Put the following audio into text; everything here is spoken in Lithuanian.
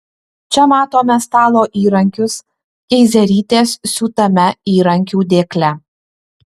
čia matome stalo įrankius keizerytės siūtame įrankių dėkle